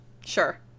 Sure